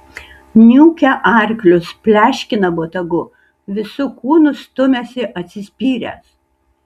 niūkia arklius pleškina botagu visu kūnu stumiasi atsispyręs